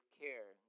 care